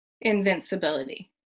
invincibility